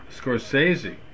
Scorsese